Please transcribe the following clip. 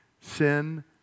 Sin